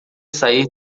sair